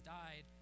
died